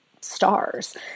stars